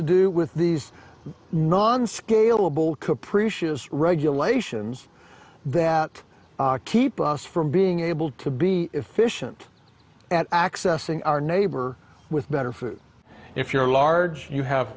to do with these non scalable capricious regulations that keep us from being able to be efficient at accessing our neighbor with better food if you're large you have